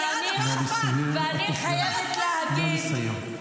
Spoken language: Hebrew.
עבר הזמן,